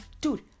dude